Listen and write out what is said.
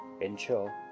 Ensure